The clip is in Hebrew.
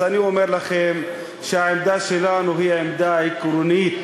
אז אני אומר לכם שהעמדה שלנו היא עמדה עקרונית: